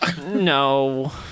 No